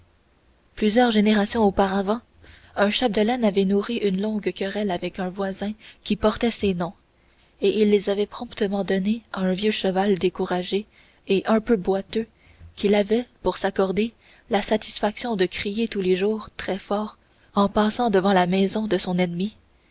plusieurs générations auparavant un chapdelaine avait nourri une longue querelle avec un voisin qui portait ces noms et il les avait promptement donnés à un vieux cheval découragé et un peu boiteux qu'il avait pour s'accorder la satisfaction de crier tous les jours très fort en passant devant la maison de son ennemi